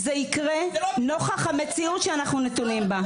זה יקרה נוכח המציאות שאנחנו נתונים בה.